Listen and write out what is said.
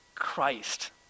Christ